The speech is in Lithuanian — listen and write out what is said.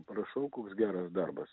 prašau koks geras darbas